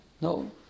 no